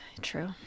True